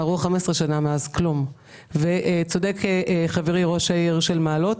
עברו 15 מאז וכלום, וצודק חברי ראש העיר של מעלות,